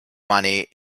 money